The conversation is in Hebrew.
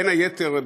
בין היתר,